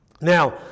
Now